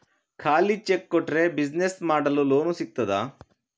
ಖಾಲಿ ಚೆಕ್ ಕೊಟ್ರೆ ಬಿಸಿನೆಸ್ ಮಾಡಲು ಲೋನ್ ಸಿಗ್ತದಾ?